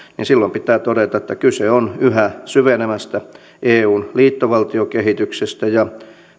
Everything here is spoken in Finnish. niin silloin pitää todeta että kyse on yhä syvenevästä eun liittovaltiokehityksestä ja